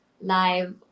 live